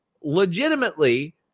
legitimately